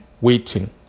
Waiting